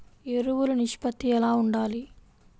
ఎరువులు నిష్పత్తి ఎలా ఉండాలి?